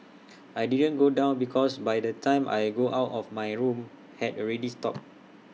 I didn't go down because by the time I got out of my room had already stopped